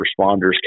responders